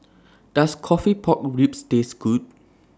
Does Coffee Pork Ribs Taste Good